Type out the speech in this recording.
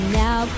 now